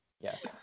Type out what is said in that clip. Yes